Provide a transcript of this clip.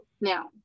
now